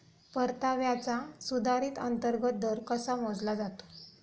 परताव्याचा सुधारित अंतर्गत दर कसा मोजला जातो?